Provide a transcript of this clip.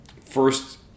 first